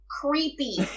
creepy